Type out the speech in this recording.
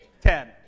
Ten